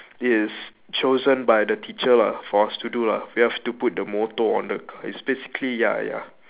it is chosen by the teacher lah for us to do lah we have to put the motor on the it's basically ya ya